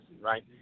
right